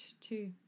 two